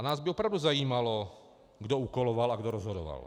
Nás by opravdu zajímalo, kdo úkoloval a kdo rozhodoval.